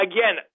Again